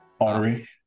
Artery